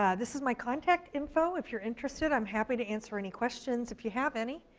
ah this is my contact info if you're interested, i'm happy to answer any questions if you have any,